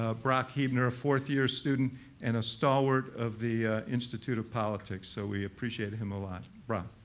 ah brock huebner, fourth year student and a stalwart of the institute of politics. so we appreciate him a lot. brock.